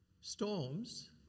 Storms